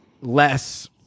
less